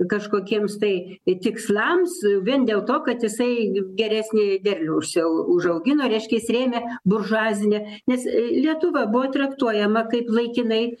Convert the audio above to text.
kažkokiems tai tikslams vien dėl to kad jisai geresnį derlių užsiau užaugino reiškia jis rėmė buržuazinę nes lietuva buvo traktuojama kaip laikinai